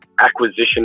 acquisition